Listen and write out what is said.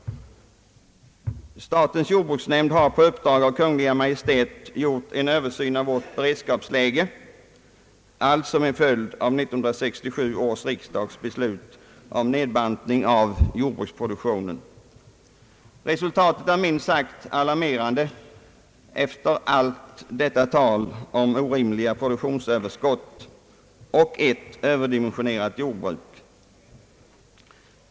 Statens = jordbruksnämnd har på uppdrag av Kungl. Maj:t gjort en översyn av vårt beredskapsläge, allt som en följd av 1967 års riksdags beslut om nedbantning av jordbruksproduktionen. Resultatet är minst sagt alarmerande efter allt tal om orimliga produktionsöverskott och ett överdimensionerat jordbruk.